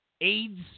AIDS